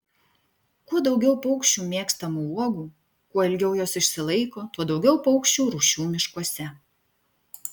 kuo daugiau paukščių mėgstamų uogų kuo ilgiau jos išsilaiko tuo daugiau paukščių rūšių miškuose